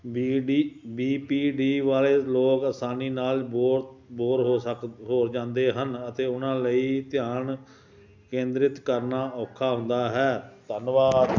B D B P D ਵਾਲੇ ਲੋਕ ਆਸਾਨੀ ਨਾਲ ਬੋਰ ਬੋਰ ਹੋ ਸਕ ਹੋ ਜਾਂਦੇ ਹਨ ਅਤੇ ਉਹਨਾਂ ਲਈ ਧਿਆਨ ਕੇਂਦਰਿਤ ਕਰਨਾ ਔਖਾ ਹੁੰਦਾ ਹੈ ਧੰਨਵਾਦ